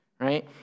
Right